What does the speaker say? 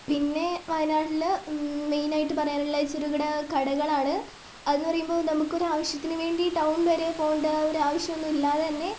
പിന്നെ വയനാട്ടില് മെയിനായിട്ടു പറയാനുള്ള ചെറുകിട കടകളാണ് അത് എന്ന് പറയുമ്പോൾ നമുക്കൊരു ആവശ്യത്തിനു വേണ്ടി ടൗൺ വരെ പോകേണ്ട ഒരാവശ്യമൊന്നുമില്ലാതെ തന്നെ